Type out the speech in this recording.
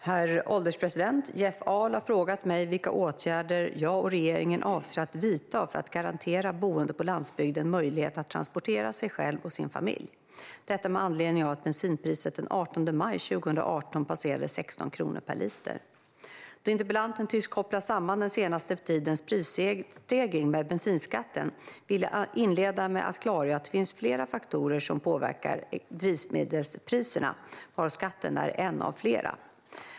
Herr ålderspresident! Jeff Ahl har frågat mig vilka åtgärder jag och regeringen avser att vidta för att garantera boende på landsbygden möjligheten att transportera sig själv och sin familj. Detta med anledning av att bensinpriset den 18 maj 2018 passerade 16 kronor per liter. Då interpellanten tycks koppla samman den senaste tidens prisstegring med bensinskatten vill jag inleda med att klargöra att det finns flera faktorer som påverkar drivmedelspriserna, varav skatten är en av flera.